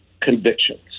convictions